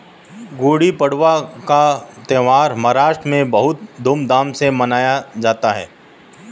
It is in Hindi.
गुड़ी पड़वा का त्यौहार महाराष्ट्र में बहुत धूमधाम से मनाया जाता है